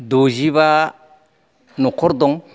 दजिबा नखर दं